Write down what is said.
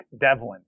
Devlin